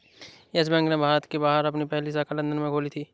yes Bank ने भारत के बाहर अपनी पहली शाखा लंदन में खोली थी